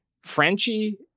Frenchie